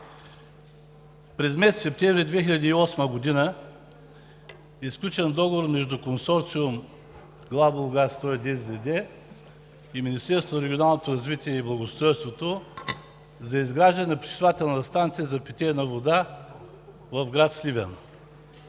През месец септември 2008 г. е сключен договор между Консорциум „Главболгарстрой“ и Министерството на регионалното развитие и благоустройството за изграждане на пречиствателна станция за питейни води в град Сливен.